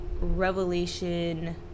Revelation